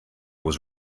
was